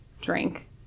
drink